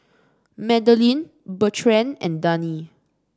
Madelene Bertrand and Dani